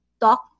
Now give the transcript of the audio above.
talk